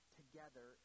together